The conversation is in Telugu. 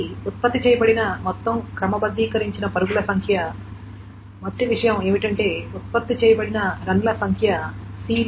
కాబట్టి ఉత్పత్తి చేయబడిన మొత్తం క్రమబద్ధీకరించబడిన పరుగుల సంఖ్య మొదటి విషయం ఏమిటంటే ఉత్పత్తి చేయబడిన రన్ల సంఖ్య ⌈bM⌉